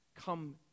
come